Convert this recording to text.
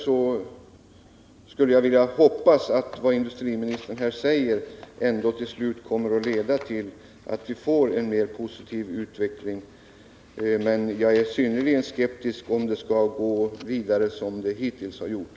Jag hoppas därför att vad industriministern här säger till slut kommer att leda till att vi får en mera positiv utveckling. Men jag ställer mig synnerligen skeptisk till resultatet om det skall gå vidare som det hittills har gjort.